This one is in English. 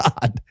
God